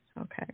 Okay